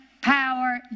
power